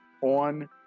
on